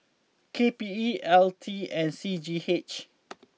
K P E L T and C G H